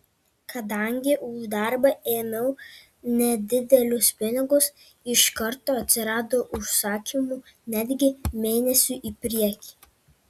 kadangi už darbą ėmiau nedidelius pinigus iš karto atsirado užsakymų netgi mėnesiui į priekį